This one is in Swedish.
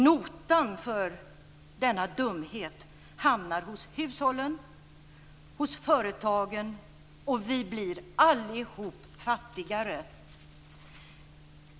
Notan för denna dumhet hamnar hos hushållen och hos företagen, och vi blir alla fattigare.